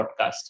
podcast